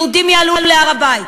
יהודים יעלו להר-הבית,